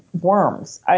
worms